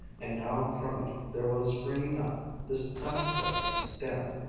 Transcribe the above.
and now from it there was springing up this unexpected stem,